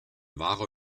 wahrer